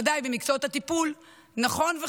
אנחנו רק מקשים עליהם,